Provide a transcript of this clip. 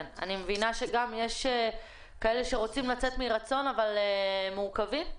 אני מבינה שיש גם כאלה שרוצים לצאת מרצון אבל הם מעוכבים.